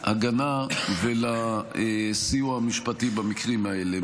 להגנה ולסיוע המשפטי במקרים האלה.